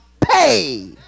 pay